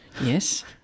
Yes